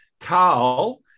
Carl